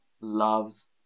loves